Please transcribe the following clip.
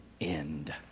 end